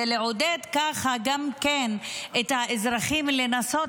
ולעודד ככה גם את האזרחים לנסות